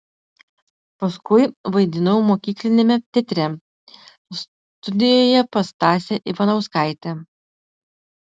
paskui vaidinau mokykliniame teatre studijoje pas stasę ivanauskaitę